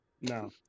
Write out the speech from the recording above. No